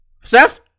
Steph